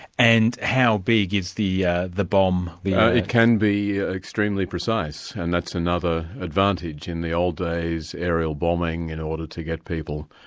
and how big is the yeah the bomb? ah it can be extremely precise, and that's another advantage. in the old days, aerial bombing in order to get people,